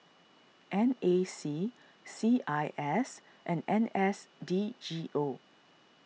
N A C C I S and N S D G O